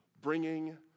bringing